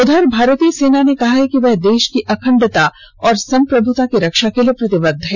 उधर भारतीय सेना ने कहा है कि वह देश की अखंडता और संप्रभुता की रक्षा के लिए प्रतिबद्ध है